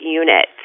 unit